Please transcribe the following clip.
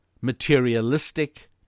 materialistic